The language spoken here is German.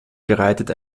bereitet